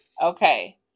okay